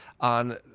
on